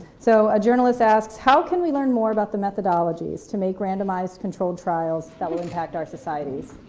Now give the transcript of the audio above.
so a journalist asks, how can we learn more about the methodologies to make randomized controlled trials that will impact our societies?